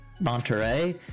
Monterey